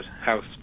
house